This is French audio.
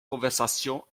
conversation